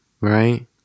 right